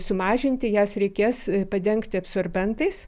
sumažinti jas reikės padengti absorbentais